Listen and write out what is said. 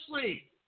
sleep